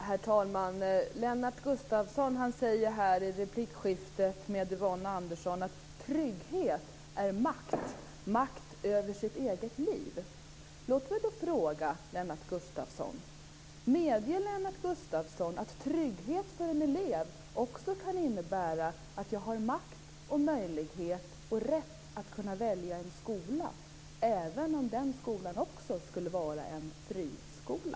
Herr talman! Lennart Gustavsson säger i replikskiftet med Yvonne Andersson att trygghet är makt över sitt eget liv. Låt mig då fråga Lennart Gustavsson om han medger att trygghet för en elev också kan innebära att jag har makt, möjlighet och rätt att välja en skola - även om den skolan skulle vara en friskola.